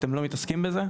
אתם לא מתעסקים בזה?